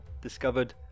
discovered